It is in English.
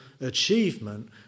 achievement